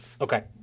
okay